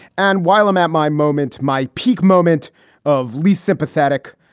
and while i'm at my moment, my peak moment of least sympathetic,